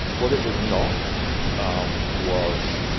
what it was not um was,